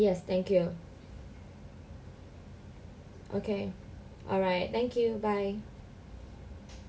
yes thank you okay alright thank you bye